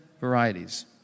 varieties